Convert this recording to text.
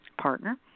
partner